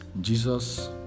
Jesus